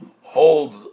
hold